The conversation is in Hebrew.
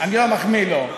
אני לא מחמיא לו.